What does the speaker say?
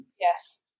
Yes